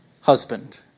husband